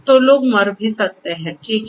तो लोग मर सकते हैं ठीक है